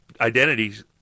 identities